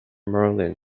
merlin